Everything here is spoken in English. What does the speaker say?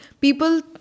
people